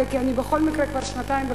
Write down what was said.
כי אני בכל מקרה כבר שנתיים בכנסת,